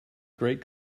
great